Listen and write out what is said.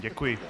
Děkuji.